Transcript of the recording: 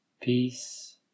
Peace